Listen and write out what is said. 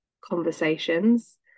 conversations